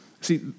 See